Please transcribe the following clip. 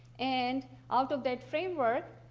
and out of that framework,